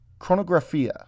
Chronographia